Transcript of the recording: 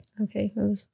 okay